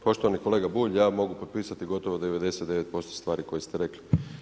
Poštovani kolega Bulj, ja mogu potpisati gotovo 99% stvari koje ste rekli.